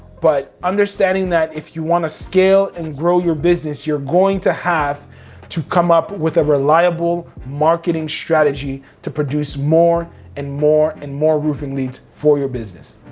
but understanding that if you wanna scale and grow your business, you're going to have to come up with a reliable marketing strategy to produce more and more and more roofing leads for your business.